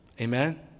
Amen